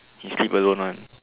he sleep alone one